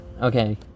Okay